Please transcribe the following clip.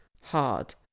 hard